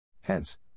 Hence